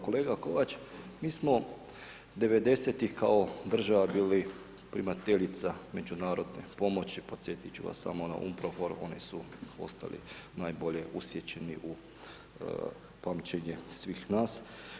Kolega Kovač, mi smo '90. kao država bili primateljica međunarodne pomoći, podsjetiti ću vas, samo ona … oni su ostali najbolje u sjećanju u pamćenje svih nas.